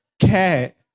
cat